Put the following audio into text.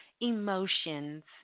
emotions